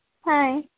Hi